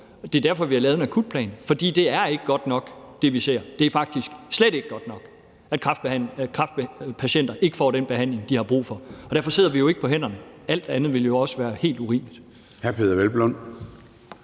Det er derfor, vi har lavet en akutplan. For det, vi ser, er ikke godt nok. Det er faktisk slet ikke godt nok, at kræftpatienter ikke får den behandling, de har brug for. Og derfor sidder vi jo ikke på hænderne – alt andet ville også være helt urimeligt.